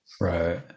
Right